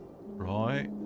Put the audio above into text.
Right